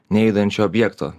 nejudančio objekto